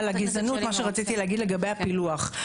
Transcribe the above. על הגזענות, מה שרציתי להגיד לגבי הפילוח.